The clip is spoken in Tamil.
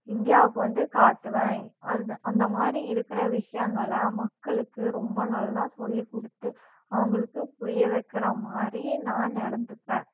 இந்தியாவுக்கு வந்து காட்டுவேன் அ அந்தமாதிரி இருக்கிற விஷயங்கள்லாம் மக்களுக்கு ரொம்ப நல்லா சொல்லிக்கொடுத்து அவங்களுக்கு புரிய வைக்கிற மாதிரி நான் நடந்துப்பேன்